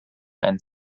and